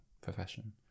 profession